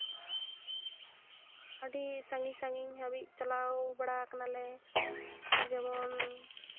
ᱟᱹᱰᱤ ᱥᱟᱺᱜᱤᱧ ᱥᱟᱺᱜᱤᱧ ᱦᱟᱹᱵᱤᱡ ᱪᱟᱞᱟᱣ ᱵᱟᱲᱟ ᱠᱟᱱᱟᱞᱮ ᱡᱮᱢᱚᱱ